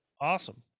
Awesome